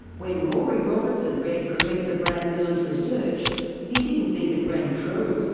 when rory robertson read professor brand-miller's research he didn't think it rang true.